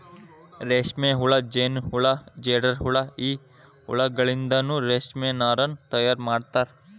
ರೇಷ್ಮೆಹುಳ ಜೇನಹುಳ ಜೇಡರಹುಳ ಈ ಹುಳಗಳಿಂದನು ರೇಷ್ಮೆ ನಾರನ್ನು ತಯಾರ್ ಮಾಡ್ತಾರ